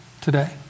today